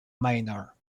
manor